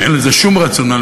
ואין לזה שום רציונל,